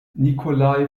nikolai